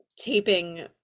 taping